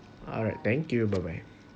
alright thank you bye bye